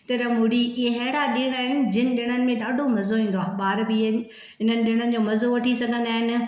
तिर मुरी इहे अहिड़ा ॾिण आहिनि जिन ॾिणनि में ॾाढो मज़ो ईंदो आ ॿार बि आहिनि हिननि ॾिणनि जो मज़ो वठी सघंदा आहिनि